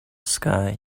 sky